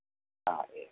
ಹಾಗೆ